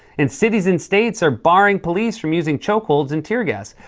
and cities and states are barring police from using choke holds and tear gas.